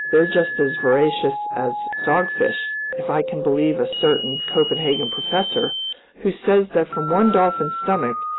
they're just as voracious as dogfish, if i can believe a certain copenhagen professor who says that from one dolphin's stomach,